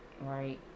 right